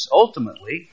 ultimately